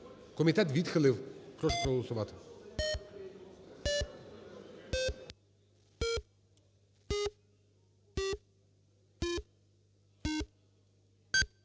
Комітет відхилив. Прошу проголосувати.